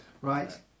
right